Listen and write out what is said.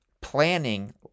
Planning